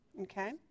Okay